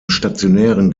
stationären